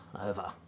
over